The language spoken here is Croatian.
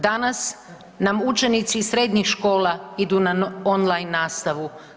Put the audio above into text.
Danas nam učenici srednjih škola idu na on line nastavu.